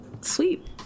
Sweet